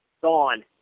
gone